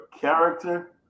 character